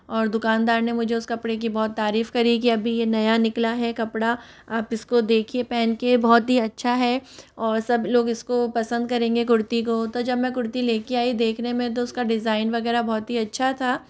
और दुकानदार ने मुझे उस कपड़े की बहुत तारीफ़ करी की अभी ये नया निकला है कपड़ा आप इसको देखिए पहनके बहुत ही अच्छा है और सब लोग इसको पसंद करेंगे कुर्ती को तो जब मैं कुर्ती लेके आई देखने में तो उसका डिज़ाइन वगैरह बहुत ही अच्छा था